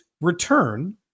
return